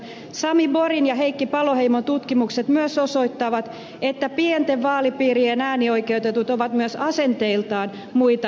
sami borgin ja heikki paloheimon tutkimukset myös osoittavat että pienten vaalipiirien äänioikeutetut ovat myös asenteiltaan muita etääntyneempiä politiikasta